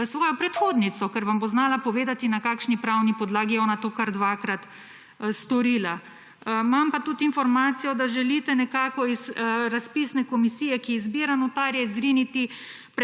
svojo predhodnico, ker vam bo znala povedati, na kakšni pravni podlagi je ona to kar dvakrat storila. Imam pa tudi informacijo, da želite nekako iz razpisne komisije, ki izbira notarje, izriniti